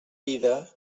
vida